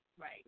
Right